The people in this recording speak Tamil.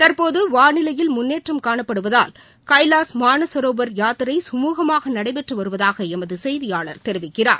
தற்போது வாளிலையில் முன்னேற்றம் காணப்படுவதால் கைலாஷ் மானசரவோர் யாத்திரை சுமூகமாக நடைபெற்று வருவதாக எமது செய்தியாளர் தெரிவிக்கிறார்